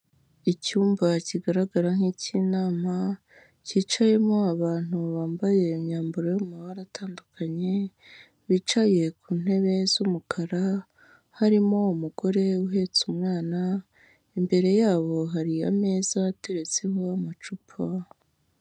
Icyumba kigaragara nk'icy'inama, cyicayemo abantu bambaye imyambaro y'amabara atandukanye, bicaye ku ntebe z'umukara harimo umugore uhetse umwana, imbere yabo hariho ameza ateretseho amacupa.